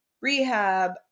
rehab